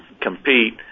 compete